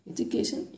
Education